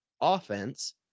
offense